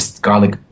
Garlic